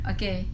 Okay